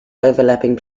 overlapping